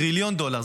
טריליון דולר.